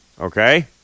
okay